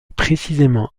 précisément